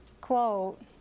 quote